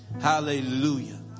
Hallelujah